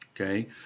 okay